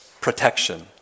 protection